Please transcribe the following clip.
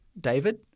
David